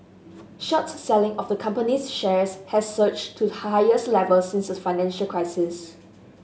short selling of the company's shares has surged to the highest level since the financial crisis